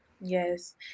Yes